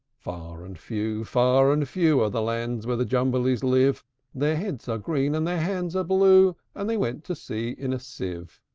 far and few, far and few, are the lands where the jumblies live their heads are green, and their hands are blue and they went to sea in a sieve.